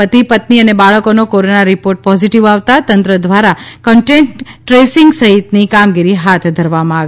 પતિ પત્ની અને બાળકનો કોરોના રીપોર્ટ પોઝિટિવ આવતા તંત્ર દ્વારા કોન્ટેકટ ટ્રેસીંગ સહિતની કામગીરી હાથ ધરવામાં આવી